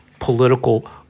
political